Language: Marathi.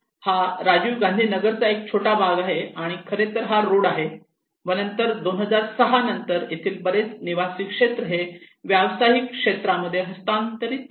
हा राजीव गांधी नगर चा एक छोटा भाग आहे आणि खरेतर हा रोड आहे व 2006 नंतर येथील बरेच निवासी क्षेत्र हे व्यावसायिक क्षेत्रामध्ये हस्तांतरित झाले आहे